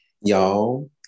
Y'all